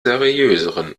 seriöseren